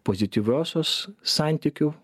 pozityviosios santykių